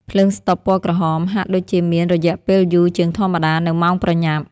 ភ្លើងស្តុបពណ៌ក្រហមហាក់ដូចជាមានរយៈពេលយូរជាងធម្មតានៅម៉ោងប្រញាប់។